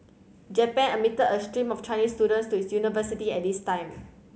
japan admitted a stream of Chinese students to its universities at this time